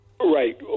Right